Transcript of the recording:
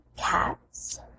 cats